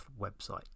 website